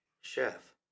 chef